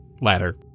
Ladder